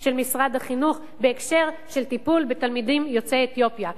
של משרד החינוך בהקשר של טיפול בתלמידים יוצאי אתיופיה.